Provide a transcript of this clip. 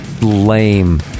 lame